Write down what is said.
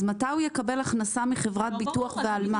אז מתי הוא יקבל הכנסה מחברת ביטוח ועל מה?